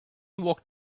walked